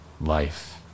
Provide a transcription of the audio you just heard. life